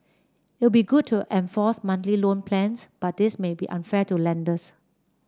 it would be good to enforce monthly loan plans but this may be unfair to lenders